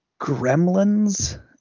Gremlins